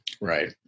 right